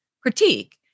critique